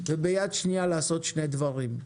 וביד שנייה לעשות שני דברים: